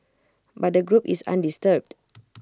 but the group is undisturbed